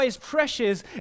precious